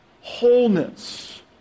wholeness